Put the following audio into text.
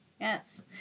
Yes